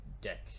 deck